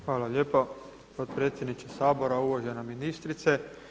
Hvala lijepa potpredsjedniče Sabora, uvažena ministrice.